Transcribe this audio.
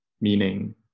meaning